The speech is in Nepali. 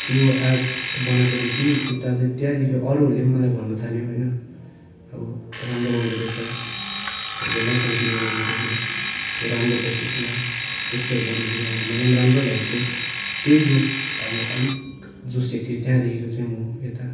त्यो आर्ट बनाएकोदेखि उता चाहिँ त्यहाँदेखि अरूहरूले पनि मलाई भन्नु थाल्यो होइन अब राम्रो बनाउँदैछस् अब यसलाई कन्टिन्यू गर्नु तैँले तँ राम्रो छस् यसमा त्यस्तोहरू भन्दाखेरि अब मलाई पनि राम्रो लागेको थियो त्यही जोस अब अलिक जोसिएको थिएँ त्यहाँदेखि चाहिँ म यता